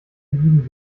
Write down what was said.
lieben